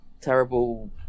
terrible